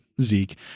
Zeke